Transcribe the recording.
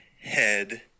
head